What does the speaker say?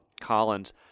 Collins